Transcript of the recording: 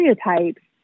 stereotypes